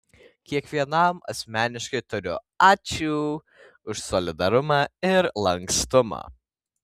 kiekvienam asmeniškai tariu ačiū už solidarumą ir lankstumą